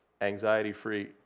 anxiety-free